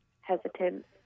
hesitant